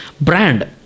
Brand